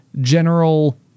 general